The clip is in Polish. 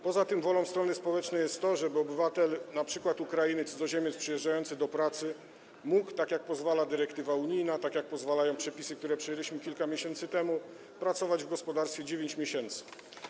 Poza tym wolą strony społecznej jest to, żeby obywatel np. Ukrainy, cudzoziemiec przyjeżdżający do pracy mógł, na co pozwala dyrektywa unijna, na co pozwalają przepisy, które przyjęliśmy kilka miesięcy temu, pracować w gospodarstwie przez 9 miesięcy.